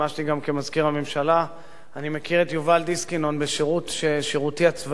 אני מכיר את יובל דיסקין עוד משירותי הצבאי במהלך שנות ה-80.